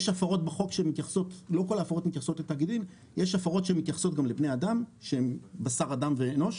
יש הפרות שמתייחסות לאדם שהוא בשר אדם ואנוש,